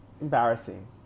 Embarrassing